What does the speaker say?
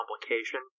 complication